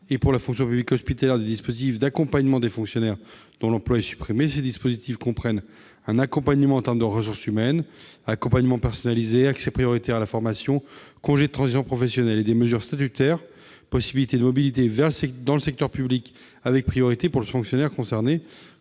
et la fonction publique hospitalière, des dispositifs d'accompagnement des fonctionnaires dont l'emploi est supprimé. Ceux-ci comprennent un accompagnement en termes de ressources humaines- accompagnement personnalisé, accès prioritaire à la formation, congé de transition professionnelle -et des mesures statutaires, telles que la possibilité de mobilités dans le secteur public, avec des priorités pour le fonctionnaire concerné,